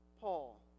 Paul